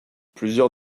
plusieurs